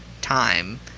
time